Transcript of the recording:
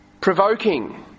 Provoking